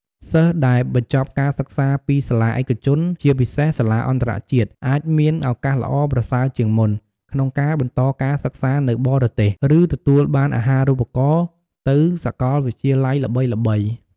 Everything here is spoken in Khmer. សិស្សដែលបញ្ចប់ការសិក្សាពីសាលាឯកជន ជាពិសេសសាលាអន្តរជាតិ អាចមាន ឱកាសល្អប្រសើរជាងមុន ក្នុងការបន្តការសិក្សានៅបរទេស ឬទទួលបានអាហារូបករណ៍ទៅសាកលវិទ្យាល័យល្បីៗ។